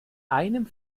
einem